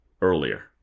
earlier